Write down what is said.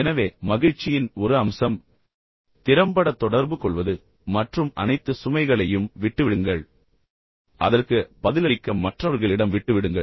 எனவே மகிழ்ச்சியின் ஒரு அம்சம் திறம்பட தொடர்பு கொள்வது உ மற்றும் அனைத்து சுமைகளையும் விட்டு விடுங்கள் அதற்கு பதிலளிக்க மற்றவர்களிடம் விட்டு விடுங்கள்